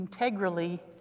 integrally